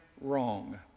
wrong